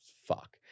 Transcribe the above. Fuck